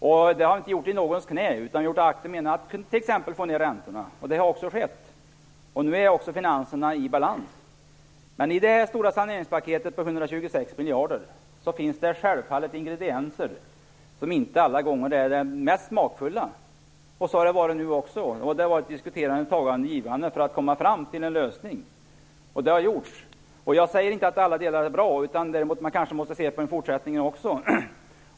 Detta har vi inte gjort i någons knä. Vi har gjort allt för att få ned räntorna, och det har också skett. Nu är finanserna i balans. I det stora saneringspaketet på 126 miljarder finns det självfallet ingredienser som inte alla gånger är de mest smakfulla. Det har varit ett tagande och givande för att komma fram till en lösning. Jag säger inte att alla delar är bra. Man behöver nog se en fortsättning också.